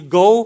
go